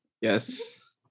yes